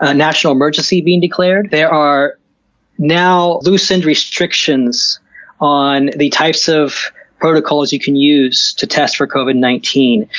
ah national emergency being declared, there are now loosened restrictions on the types of protocols you can use to test for covid nineteen.